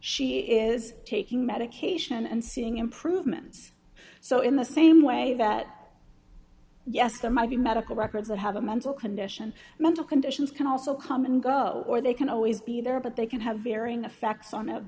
she is taking medication and seeing improvements so in the same way that yes there might be medical records that have a mental condition mental conditions can also come and go or they can always be there but they can have varying effects on th